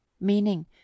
meaning